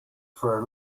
for